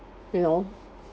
you know